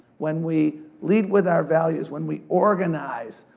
when we lead with our values, when we organize,